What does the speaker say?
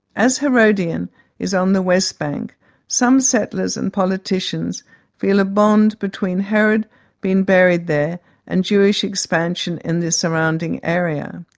as herodion is on the west bank some settlers and politicians feel a bond between herod being buried there and jewish expansion in the surrounding area.